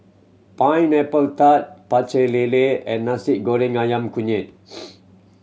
Pineapple Tart Pecel Lele and Nasi Goreng Ayam Kunyit